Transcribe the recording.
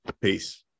Peace